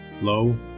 Lo